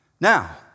Now